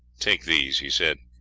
take these, he said,